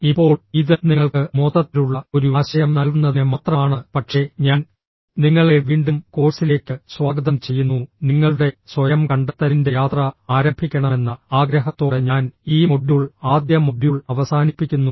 ഇപ്പോൾ ഇത് നിങ്ങൾക്ക് മൊത്തത്തിലുള്ള ഒരു ആശയം നൽകുന്നതിന് മാത്രമാണ് പക്ഷേ ഞാൻ നിങ്ങളെ വീണ്ടും കോഴ്സിലേക്ക് സ്വാഗതം ചെയ്യുന്നു നിങ്ങളുടെ സ്വയം കണ്ടെത്തലിന്റെ യാത്ര ആരംഭിക്കണമെന്ന ആഗ്രഹത്തോടെ ഞാൻ ഈ മൊഡ്യൂൾ ആദ്യ മൊഡ്യൂൾ അവസാനിപ്പിക്കുന്നു